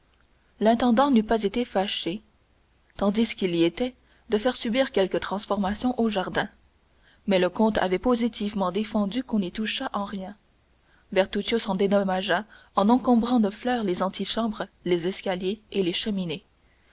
l'intendant n'eût pas été fâché tandis qu'il y était de faire subir quelques transformations au jardin mais le comte avait positivement défendu qu'on y touchât en rien bertuccio s'en dédommagea en encombrant de fleurs les antichambres les escaliers et les cheminées